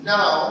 Now